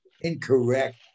incorrect